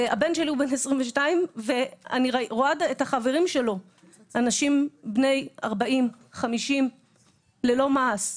הבן שלי בן 22 וחברים שלו אנשים בני 40 ו-50 ללא מעש.